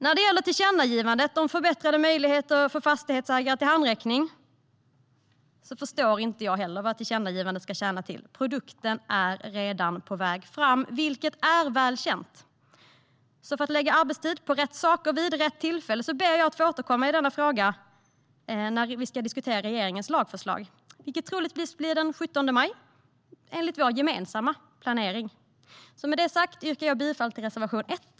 När det gäller tillkännagivandet om förbättrade möjligheter för fastighetsägare till handräckning förstår jag inte vad ett tillkännagivande ska tjäna till. Produkten är redan på väg fram, vilket är väl känt. Så för att lägga arbetstid på rätt saker vid rätt tillfälle ber jag att få återkomma i denna fråga när vi ska diskutera regeringens lagförslag. Det blir troligtvis den 17 maj, enligt vår gemensamma planering. Med det sagt yrkar jag bifall till reservation 1.